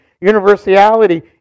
Universality